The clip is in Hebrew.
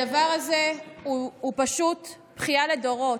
הדבר הזה הוא פשוט בכייה לדורות.